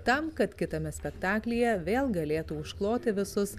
tam kad kitame spektaklyje vėl galėtų užkloti visus